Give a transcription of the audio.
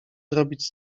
zrobić